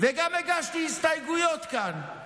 וגם הגשתי הסתייגויות כאן,